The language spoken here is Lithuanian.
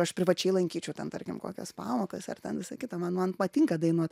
aš privačiai lankyčiau ten tarkim kokias pamokas ar ten visa kita man man patinka dainuot